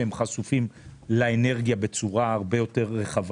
הם חשופים לאנרגיה בצורה הרבה יותר רחבה,